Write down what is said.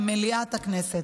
במליאת הכנסת.